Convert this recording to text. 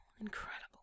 incredible